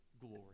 glory